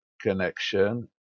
connection